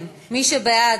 מי שבעד,